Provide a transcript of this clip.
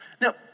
Now